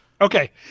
Okay